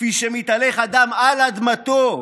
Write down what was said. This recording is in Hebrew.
כפי שמתהלך אדם על אדמתו.